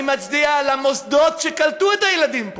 אני מצדיע למוסדות שקלטו את הילדים פה.